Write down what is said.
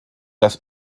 das